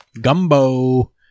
Gumbo